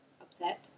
upset